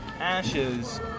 Ashes